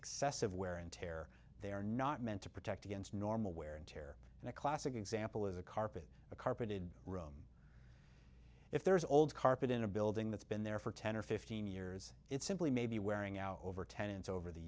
excessive wear and tear they are not meant to protect against normal wear and tear and a classic example is a carpet a carpeted room if there's old carpet in a building that's been there for ten or fifteen years it simply may be wearing out over tenants over the